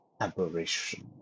aberration